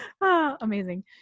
Amazing